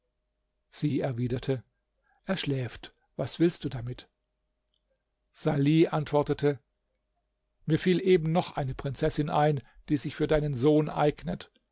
sie erwiderte er schläft was willst du damit salih antwortete mir fiel eben noch eine prinzessin ein die sich für deinen sohn eignet